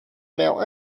male